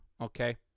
okay